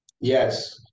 Yes